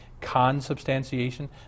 consubstantiation